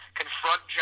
confront